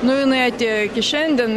nu jinai atėjo iki šiandien